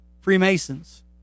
Freemasons